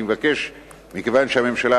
מכיוון שהממשלה